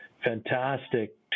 fantastic